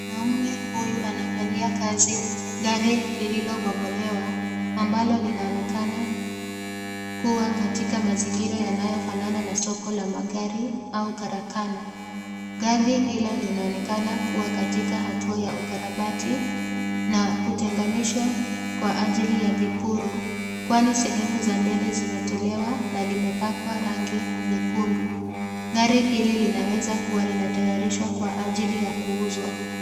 Mwanamume huyu anafanyia kazi gari lililobomolewa ambalo linaonekana kuwa katika mazingira yanaayofanana na soko la magari au karakana. GAri hilo linaonekana kuwa katika hatua ya ukarabati na kutenganishwa kwa ajili ya vipuru kwani sehemu za mbele zimetolewa na limepakwa rangi nyekundu. Gari hili linaweza kuwa linatayarishwa kwa ajili ya kuuzwa.